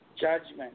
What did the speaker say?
judgment